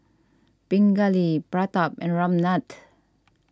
Pingali Pratap and Ramnath